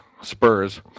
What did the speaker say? spurs